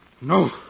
no